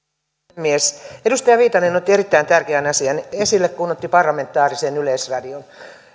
puhemies edustaja viitanen otti erittäin tärkeän asian esille parlamentaarisen yleisradion